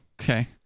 Okay